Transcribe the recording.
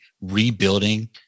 rebuilding